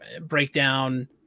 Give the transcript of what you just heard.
breakdown